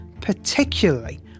particularly